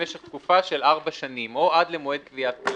למשך תקופה של ארבע שנים או עד למועד קביעת כללים.